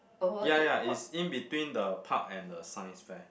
ya ya is in between the park and the Science fair